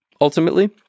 ultimately